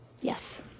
Yes